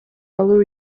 алуу